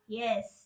yes